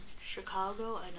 Chicago